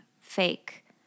fake